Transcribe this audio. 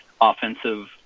offensive